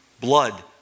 Blood